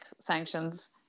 sanctions